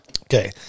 Okay